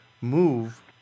move